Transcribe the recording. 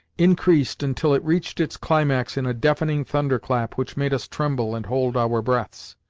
increased until it reached its climax in a deafening thunderclap which made us tremble and hold our breaths.